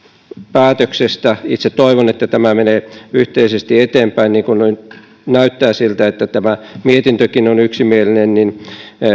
päätöksestä itse toivon että tämä menee yhteisesti eteenpäin kun nyt näyttää siltä että tämä mietintökin on yksimielinen